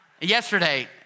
yesterday